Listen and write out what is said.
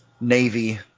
Navy